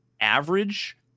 average